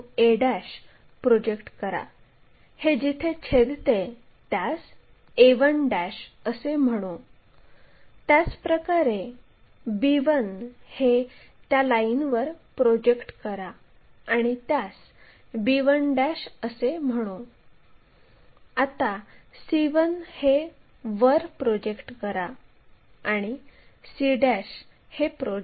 q पासून 120 डिग्रीचा कोन हा या प्रोजेक्ट केलेल्या लाईनला येथे छेदेल मग यास r असे म्हणू आणि मग p आणि r हे जोडावे